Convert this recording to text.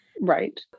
Right